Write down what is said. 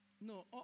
No